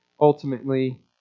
ultimately